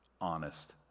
honest